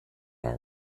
are